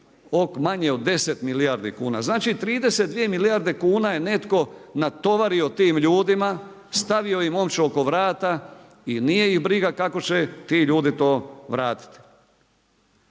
manje od 10 milijardi kuna. Znači 32 milijarde kuna je netko natovario tim ljudima, stavio im omču oko vrata i nije ih briga kako će ti ljudi to vratiti.